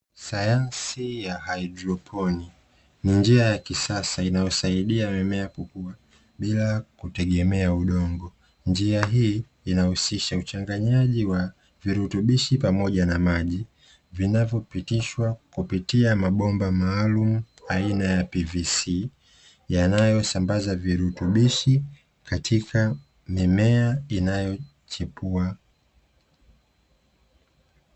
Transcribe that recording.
Sayansi ya haidroponi ni njia ya kisasa inayosaidia mimea kukua bila kutegemea udongo, njia hii inahusisha uchanganyaji wa virutubishi pamoja na maji, vinayopitishwa kupitia mabomba maalumu aina ya PVC, yanayosambaza virutubishi katika mimea inayochipua.